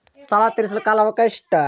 ಸಾಲ ತೇರಿಸಲು ಎಷ್ಟು ಕಾಲ ಅವಕಾಶ ಒಳ್ಳೆಯದು?